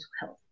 health